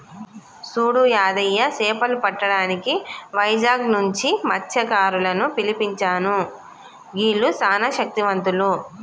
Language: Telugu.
సూడు యాదయ్య సేపలు పట్టటానికి వైజాగ్ నుంచి మస్త్యకారులను పిలిపించాను గీల్లు సానా శక్తివంతులు